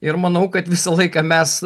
ir manau kad visą laiką mes